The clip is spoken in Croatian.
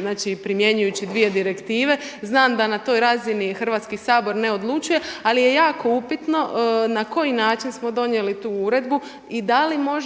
znači primjenjujući dvije direktive. Znam da na toj razini Hrvatski sabor ne odlučuje, ali je jako upitno na koji način smo donijeli tu uredbu i da li možemo